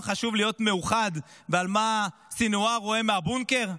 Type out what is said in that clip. חשוב להיות מאוחד ועל מה סנוואר רואה מהבונקר,